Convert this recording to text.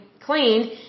cleaned